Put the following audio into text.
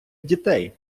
дітей